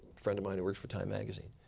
friend of mine who worked for time magazine.